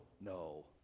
no